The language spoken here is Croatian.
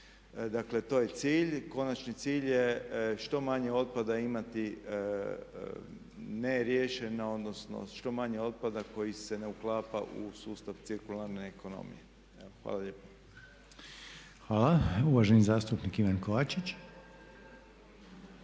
Dakle, to je cilj. Konačni cilj je što manje otpada imati ne riješeno, odnosno što manje otpada koji se ne uklapa u sustav cirkularne ekonomije. Evo hvala lijepa. **Reiner, Željko (HDZ)** Uvaženi zastupnik Ivan Kovačić.